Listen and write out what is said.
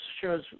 shows